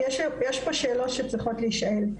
יש פה שאלות שצריכות להישאל,